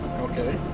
Okay